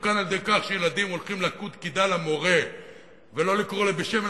תתוקן על-ידי כך שילדים הולכים לקוד קידה למורה ולא לקרוא לו בשם,